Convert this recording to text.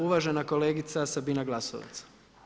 Uvažena kolegica Sabina Glasovac.